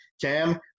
Cam